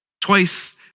Twice